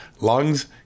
lungs